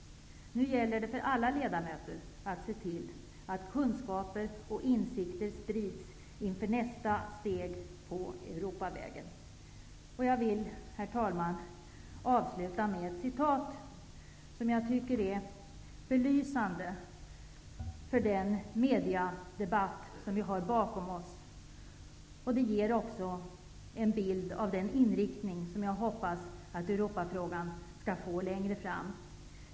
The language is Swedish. Nu gäller det för alla ledamöter att se till att kunskaper och insikter sprids inför nästa steg på Europavägen. Jag vill, herr talman, avsluta med ett citat, som är belysande för den mediedebatt som vi har bakom oss och som ger en bild av den inriktning som jag hoppas att Europafrågan skall få längre fram.